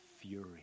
fury